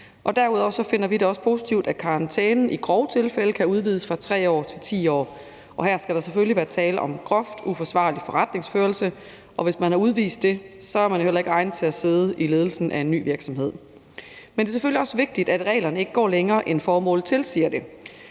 Derudover finder vi det også positivt, at karantænen i grove tilfælde kan udvides fra 3 år til 10 år, og her skal der selvfølgelig være tale om groft uforsvarlig forretningsførelse. Hvis man har udvist det, er man jo heller ikke egnet til at sidde i ledelsen af en ny virksomhed. Men det er selvfølgelig også vigtigt, at reglerne ikke går længere, end formålet tilsiger det.